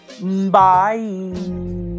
Bye